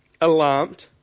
Alarmed